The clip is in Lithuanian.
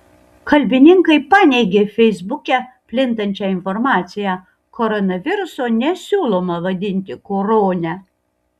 kalbininkai paneigė feisbuke plintančią informaciją koronaviruso nesiūloma vadinti korone